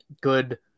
good